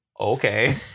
Okay